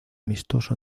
amistoso